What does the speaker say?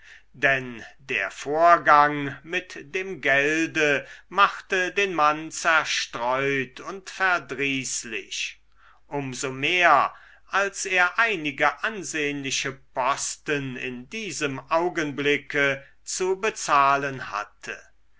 denn der vorgang mit dem gelde machte den mann zerstreut und verdrießlich um so mehr als er einige ansehnliche posten in diesem augenblicke zu bezahlen hatte